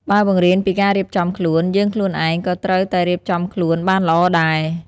បើបង្រៀនពីការរៀបចំខ្លួន យើងខ្លួនឯងក៏ត្រូវតែរៀបចំខ្លួនបានល្អដែរ។